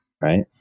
Right